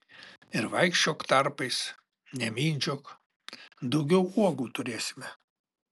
ir vaikščiok tarpais nemindžiok daugiau uogų turėsime